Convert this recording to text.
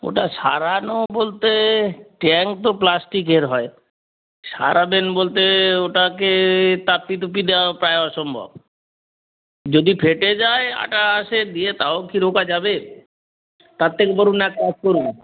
ওটা সারানো বলতে ট্যাংক তো প্লাস্টিকের হয় সারাবেন বলতে ওটাকে তাপ্পি তুপ্পি দেওয়া প্রায় অসম্ভব যদি ফেটে যায় আঠা সে দিয়ে তাও কি রোকা যাবে তার থেকে বরং এক কাজ করুন